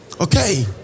Okay